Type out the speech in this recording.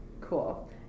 Cool